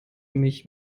mich